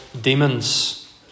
demons